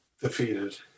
defeated